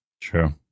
True